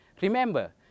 Remember